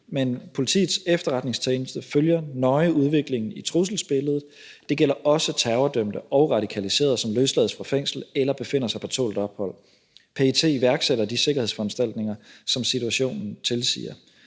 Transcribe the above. men Politiets Efterretningstjeneste følger nøje udviklingen i trusselsbilledet, og det gælder også terrordømte og radikaliserede, som løslades fra fængsel eller befinder sig på tålt ophold. PET iværksætter de sikkerhedsforanstaltninger, som situationen tilsiger.